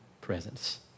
presence